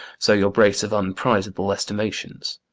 so your brace of unprizable estimations,